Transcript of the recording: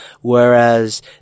Whereas